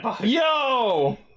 Yo